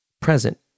present